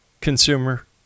consumer